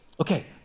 Okay